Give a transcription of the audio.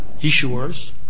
issuers